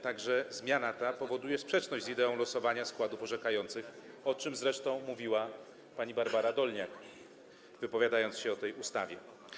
Tak że zmiana ta powoduje sprzeczność z ideą losowania składów orzekających, o czym zresztą mówiła pani Barbara Dolniak, wypowiadając się na temat tej ustawy.